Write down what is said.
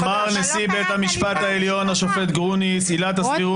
אמר נשיא בית המשפט העליון השופט גרוניס: עילת הסבירות